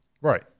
Right